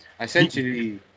essentially